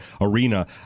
Arena